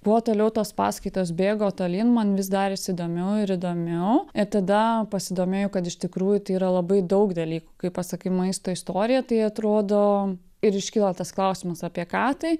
kuo toliau tos paskaitos bėgo tolyn man vis darėsi įdomiau ir įdomiau tada pasidomėjau kad iš tikrųjų tai yra labai daug dalykų kai pasakai maisto istorija tai atrodo ir iškyla tas klausimas apie ką tai